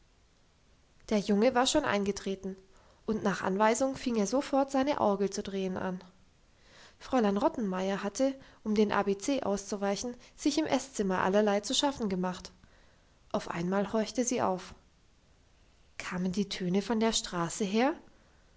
der junge war schon eingetreten und nach anweisung fing er sofort seine orgel zu drehen an fräulein rottenmeier hatte um dem abc auszuweichen sich im esszimmer allerlei zu schaffen gemacht auf einmal horchte sie auf kamen die töne von der straße her